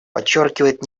подчеркивает